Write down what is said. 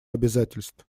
обязательств